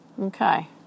Okay